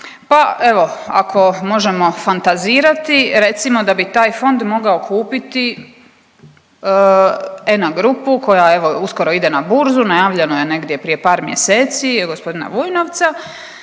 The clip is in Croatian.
Pa evo ako možemo fantazirati recimo da bi taj fond mogao kupiti Enna grupu koja evo uskoro ide na burzu, najavljeno je negdje prije par mjeseci od gospodina Vujnovca,